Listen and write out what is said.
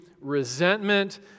resentment